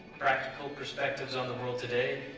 practical perspectives on the world today,